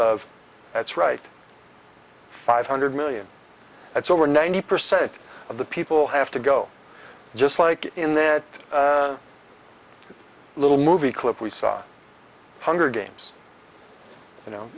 that's right five hundred million that's over ninety percent of the people have to go just like in that little movie clip we saw hunger games you know